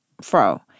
fro